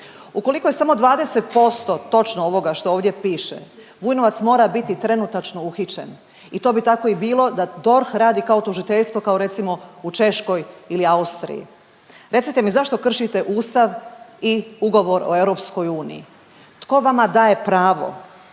Ukoliko je samo 20% točno ovoga što ovdje piše, Vujnovac mora biti trenutačno uhićen i to bi tako i bilo da DORH radi kao tužiteljstvo, kao recimo, u Češkoj ili Austriji. Recite mi zašto kršite Ustav i Ugovor o EU? Tko vama daje pravo